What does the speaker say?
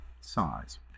size